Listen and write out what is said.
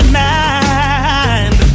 mind